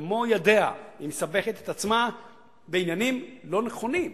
במו ידיה היא מסבכת את עצמה בעניינים לא נכונים,